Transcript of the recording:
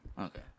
okay